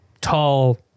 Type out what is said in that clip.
tall